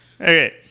Okay